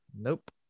Nope